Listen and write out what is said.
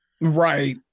right